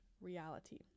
reality